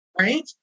Right